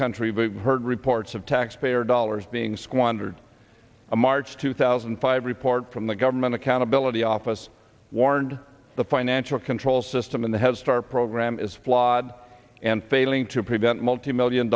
country we've heard reports of taxpayer dollars being squandered a march two thousand and five report from the government accountability office warned the financial control system and the head start program is flawed and failing to prevent multimillion